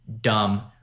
dumb